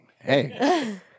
hey